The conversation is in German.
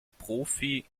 profi